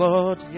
Lord